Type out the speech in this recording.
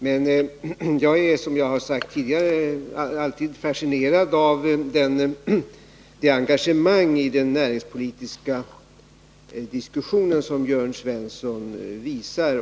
Men jag är, som jag har sagt 151 tidigare, alltid fascinerad av det engagemang i den näringspolitiska diskussionen som Jörn Svensson visar.